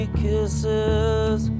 kisses